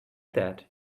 that